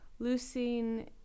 leucine